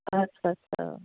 ਅੱਛਾ ਅੱਛਾ